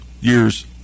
year's